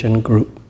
group